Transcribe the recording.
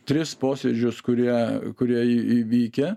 tris posėdžius kurie kurie į įvykę